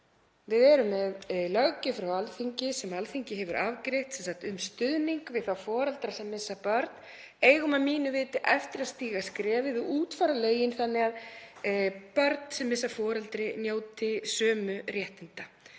Við erum með löggjöf frá Alþingi sem Alþingi hefur afgreitt, sem sagt um stuðning við þá foreldra sem missa börn; eigum að mínu viti eftir að stíga skrefið og útfæra lögin þannig að börn sem missa foreldri njóti sömu réttinda.